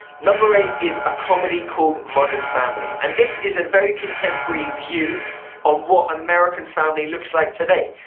number eight is a comedy called modern family and this is a very contemporary view on what american family looks like today.